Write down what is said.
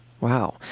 Wow